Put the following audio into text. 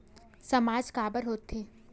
सामाज काबर हो थे?